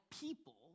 people